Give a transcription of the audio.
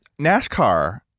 NASCAR